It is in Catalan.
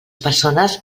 persones